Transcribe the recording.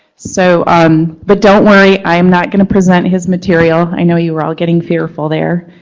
so um but don't worry, i'm not going to present his material. i know you were all getting fearful there.